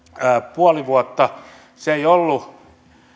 puoli vuotta